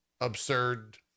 absurd